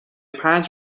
پنج